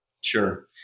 Sure